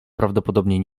prawdopodobnie